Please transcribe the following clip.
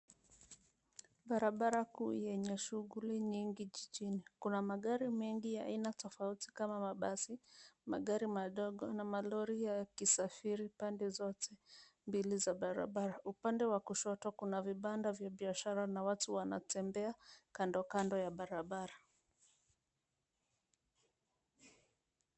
Barabara kuu yenye shughuli nyingi jijini. Kuna magari mengi ya aina tofauti kama mabasi, magari madogo na magari yakisafiri pande zote mbili za barabara. Upande wa kushoto kuna vibanda vya biashara na watu wanatembea kando kando ya barabara.